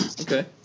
Okay